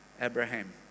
Abraham